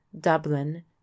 dublin